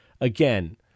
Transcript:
again